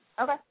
Okay